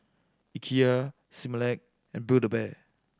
Ikea Similac and Build A Bear